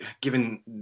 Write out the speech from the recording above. given